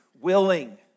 willing